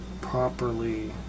properly